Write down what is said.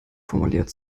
formuliert